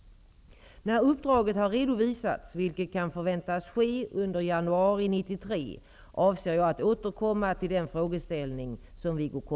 När uppdraget har redovisats, vilket kan förväntas ske under januari 1993, avser jag att återkomma till den frågeställning som Wiggo